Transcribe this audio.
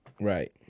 right